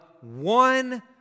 one